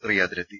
റിയാദിലെത്തി